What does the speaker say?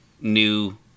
new